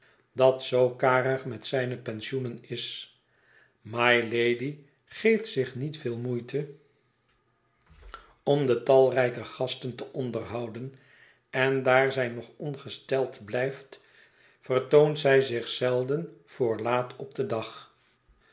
dat zoo karig met zijne pensioenen is mylady geeft zich niet veel moeite om de het verlaten huis talrijke gasten te onderhouden en daar zij nog ongesteld blijft vertoont zij zich zelden voor laat op den dag